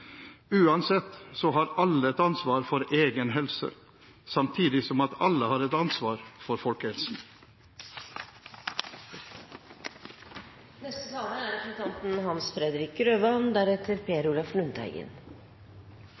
Uansett har alle et ansvar for egen helse, samtidig som alle har et ansvar for folkehelsen. Folkehelsearbeid er